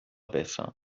peça